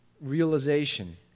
realization